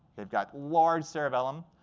they've got large cerebellum.